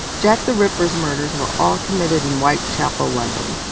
jack the ripper's murders were all committed in whitechapel, london.